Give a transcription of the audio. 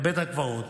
לבית הקברות.